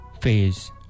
Phase